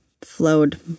flowed